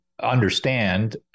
understand